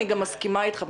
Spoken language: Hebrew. אני גם מסכימה איתך.